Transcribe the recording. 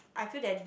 I feel that